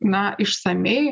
na išsamiai